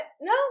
no